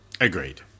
Agreed